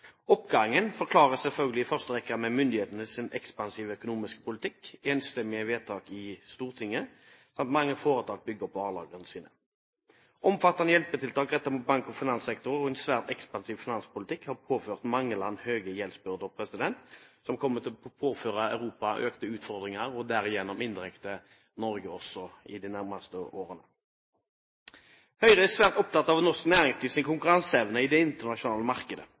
Oppgangen forklares selvfølgelig i første rekke med myndighetenes ekspansive økonomiske politikk, enstemmige vedtak i Stortinget samt at mange foretak bygger opp varelagrene sine. Omfattende hjelpetiltak rettet mot bank- og finanssektoren og en svært ekspansiv finanspolitikk har påført mange land høye gjeldsbyrder, som kommer til å påføre Europa økte utfordringer og derigjennom indirekte Norge også i de nærmeste årene. Høyre er svært opptatt av norsk næringslivs konkurranseevne i det internasjonale markedet.